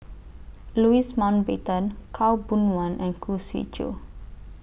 Louis Mountbatten Khaw Boon Wan and Khoo Swee Chiow